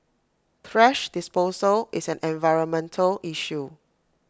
thrash disposal is an environmental issue